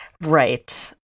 Right